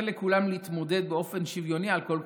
לכולם להתמודד באופן שוויוני על כל כרטיס.